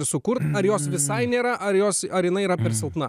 ir sukurt ar jos visai nėra ar jos ar jinai yra per silpna